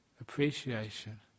appreciation